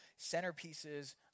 centerpieces